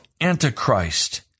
Antichrist